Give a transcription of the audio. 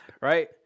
Right